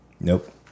Nope